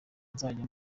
nzajya